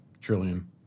trillion